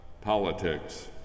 politics